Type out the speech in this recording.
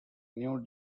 new